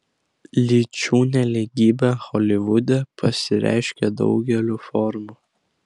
lyčių nelygybė holivude pasireiškia daugeliu formų